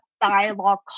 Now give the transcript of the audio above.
dialogue